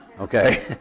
Okay